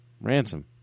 ransom